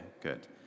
good